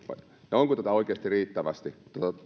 ja onko tätä tarviketta oikeasti riittävästi